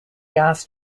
gas